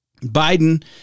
Biden